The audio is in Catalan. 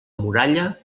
muralla